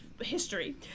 history